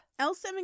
L7